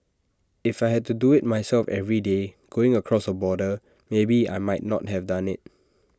if I had to do IT myself every day going across the border maybe I might not have done IT